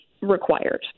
Required